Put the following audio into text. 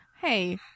hey